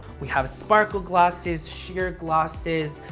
we have sparkle glosses, sheer glosses,